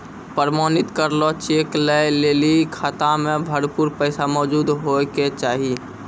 प्रमाणित करलो चेक लै लेली खाता मे भरपूर पैसा मौजूद होय के चाहि